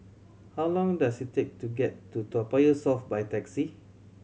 how long does it take to get to Toa Payoh South by taxi